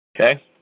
Okay